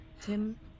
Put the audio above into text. Tim